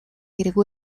хэрэг